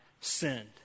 sinned